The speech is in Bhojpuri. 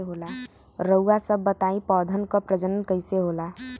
रउआ सभ बताई पौधन क प्रजनन कईसे होला?